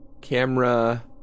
Camera